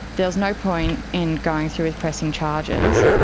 there was no point in going through pressing charges,